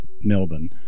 Melbourne